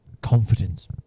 confidence